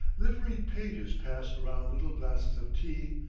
liveried pages pass around little glasses of tea,